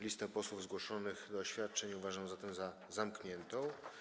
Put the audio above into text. Listę posłów zgłoszonych do oświadczeń uważam zatem za zamkniętą.